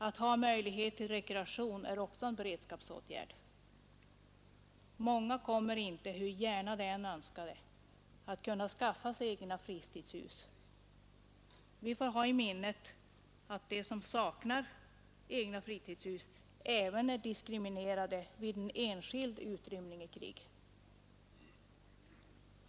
Att ge möjlighet till rekreation är också en beredskapsåtgärd. Många kommer inte, hur gärna de än önskar det, att kunna skaffa sig egna fritidshus. Vi får ha i minnet att de som saknar egna fritidshus även är diskriminerade vid en enskild utrymning i krig.